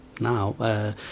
Now